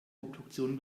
obduktion